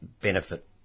benefit